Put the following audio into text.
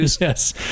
Yes